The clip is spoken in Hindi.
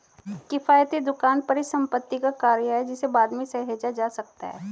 किफ़ायती दुकान परिसंपत्ति का कार्य है जिसे बाद में सहेजा जा सकता है